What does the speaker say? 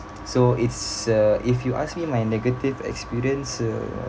so it's uh if you ask me my negative experience uh